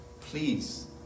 Please